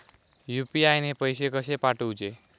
UPI ने पैशे कशे पाठवूचे?